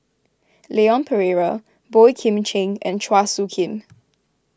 Leon Perera Boey Kim Cheng and Chua Soo Khim